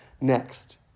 next